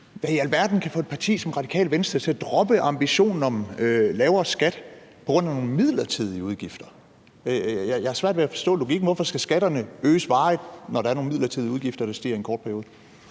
hvad i alverden kan få et parti som Radikale Venstre til at droppe ambitionen om lavere skat på grund af nogle midlertidige udgifter? Jeg har svært ved at forstå logikken. Hvorfor skal skatterne øges varigt, når der er nogle midlertidigt stigende udgifter i en kort periode?